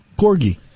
Corgi